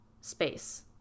space